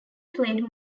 played